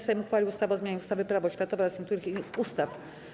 Sejm uchwalił ustawę o zmianie ustawy - Prawo oświatowe oraz niektórych innych ustaw.